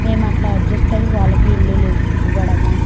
మేమట్లా adjust అయ్యి వాళ్ళకి ఇల్లులివ్వడము